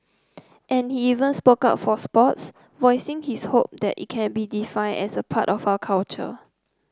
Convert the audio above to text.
and he even spoke up for sports voicing his hope that it can be defined as part of our culture